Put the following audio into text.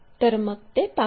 तर मग ते पाहू